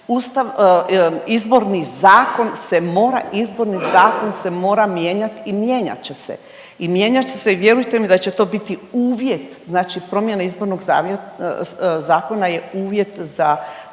Izborni zakon se mora mijenjati i mijenjat će se i vjerujte mi da će to biti uvjet, znači promjena izbornog zakona je uvjet za